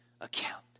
account